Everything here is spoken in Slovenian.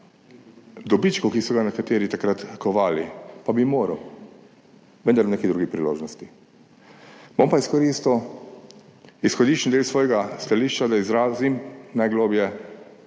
dobičku, ki so ga nekateri takrat kovali. Pa bi moral, vendar ob neki drugi priložnosti. Bom pa izkoristil izhodiščni del svojega stališča, da izrazim najgloblje